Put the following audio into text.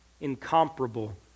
incomparable